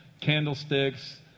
candlesticks